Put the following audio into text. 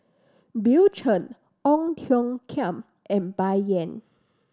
Bill Chen Ong Tiong Khiam and Bai Yan